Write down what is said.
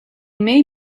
may